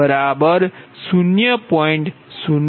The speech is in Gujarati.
તેથી તમારા 0